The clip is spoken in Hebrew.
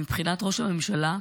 מבחינת ראש הממשלה,